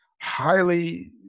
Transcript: highly